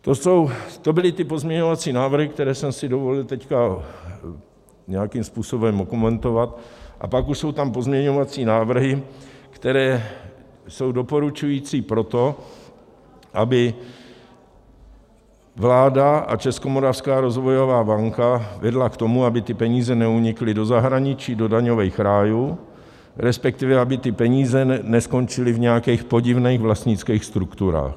To byly ty pozměňovací návrhy, které jsem si dovolil teď nějakým způsobem okomentovat, a pak už jsou tam pozměňovací návrhy, které jsou doporučující pro to, aby vláda a Českomoravská rozvojová banka vedla k tomu, aby ty peníze neunikly do zahraničí, do daňových rájů, respektive, aby ty peníze neskončily v nějakých podivných vlastnických strukturách.